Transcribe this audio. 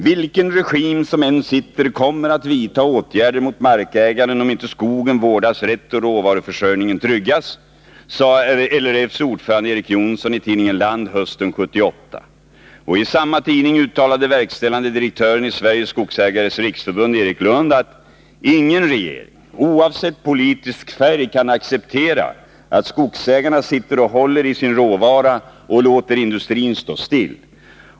”Vilken regim som än sitter kommer att vidta åtgärder emot markägaren, om inte skogen vårdas rätt och råvaruförsörjningen tryggas”, sade LRF:s ordförande Erik Jonsson i tidningen Land hösten 1978. I samma tidning uttalade verkställande direktören i Sveriges Skogsägares riksförbund Erik Lund: ”Ingen regering, oavsett politisk färg, kan acceptera att skogsägarna sitter och håller i sin råvara och låter industrin stå still.